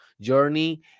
journey